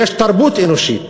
יש תרבות אנושית,